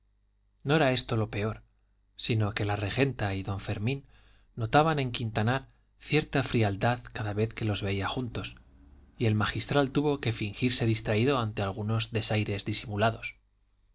no era esto lo peor sino que la regenta y don fermín notaban en quintanar cierta frialdad cada vez que los veía juntos y el magistral tuvo que fingirse distraído ante algunos desaires disimulados